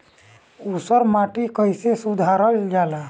ऊसर माटी कईसे सुधार जाला?